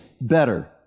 better